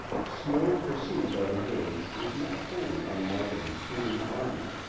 snow pursued by the wind is not wholly unlike a retreating army.